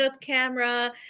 camera